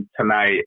tonight